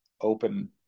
open